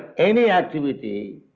any activity,